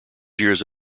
years